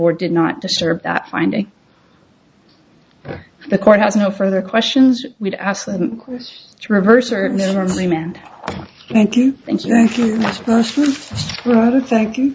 board did not disturb that finding the court has no further questions to reverse certainly man thank you thank you thank you